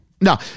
No